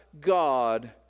God